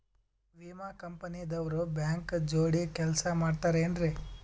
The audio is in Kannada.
ವಿಮಾ ಕಂಪನಿ ದವ್ರು ಬ್ಯಾಂಕ ಜೋಡಿ ಕೆಲ್ಸ ಮಾಡತಾರೆನ್ರಿ?